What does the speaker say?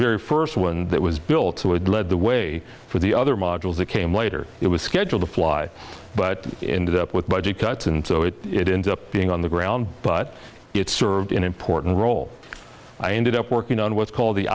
very first one that was built i would lead the way for the other modules that came later it was scheduled to fly but it ended up with budget cuts and so it it into being on the ground but it served in important role i ended up working on what's called the